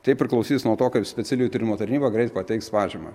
tai priklausys nuo to kaip specialiųjų tyrimų tarnyba greit pateiks pažymą